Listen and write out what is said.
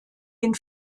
den